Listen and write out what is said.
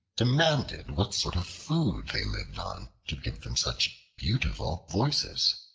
demanded what sort of food they lived on to give them such beautiful voices.